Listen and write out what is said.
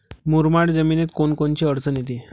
मुरमाड जमीनीत कोनकोनची अडचन येते?